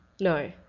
No